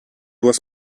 was